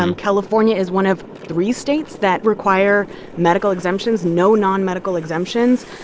um california is one of three states that require medical exemptions, no nonmedical exemptions.